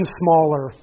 smaller